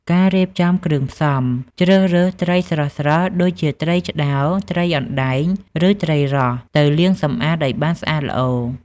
ការរៀបចំគ្រឿងផ្សំជ្រើសរើសត្រីស្រស់ៗដូចជាត្រីឆ្តោរ ត្រីអណ្តែង ឬត្រីរ៉ស់ ទៅលាងសម្អាតឲ្យបានស្អាតល្អ។